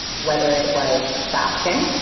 whether it was fasting,